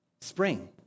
Spring